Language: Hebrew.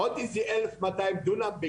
עוד איזה אלף מאתיים דונם,